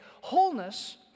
Wholeness